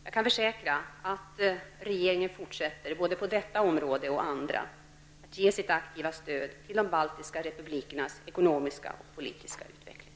Jag kan försäkra att regeringen fortsätter -- både på detta område och andra -- att ge sitt aktiva stöd till de baltiska republikernas ekonomiska och politiska utveckling.